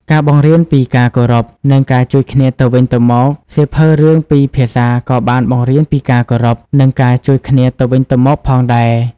ការបង្រៀនពីការគោរព និងការជួយគ្នាទៅវិញទៅមកសៀវភៅរឿងពីរភាសាក៏បានបង្រៀនពីការគោរព និងការជួយគ្នាទៅវិញទៅមកផងដែរ។